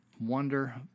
wonder